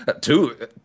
Two